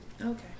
Okay